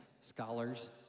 scholars